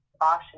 option